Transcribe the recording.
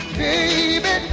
baby